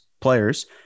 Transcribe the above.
players